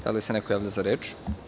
Da li se neko javlja za reč?